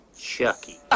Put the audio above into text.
Chucky